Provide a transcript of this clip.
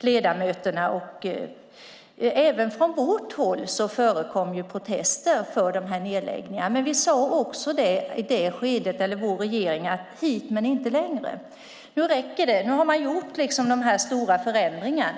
ledamöterna, och även från vårt håll förekom det protester, mot de här nedläggningarna. Dåvarande regeringen sade i det skedet: Hit men inte längre, nu räcker det, nu har man gjort de stora förändringarna.